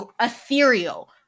ethereal